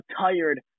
tired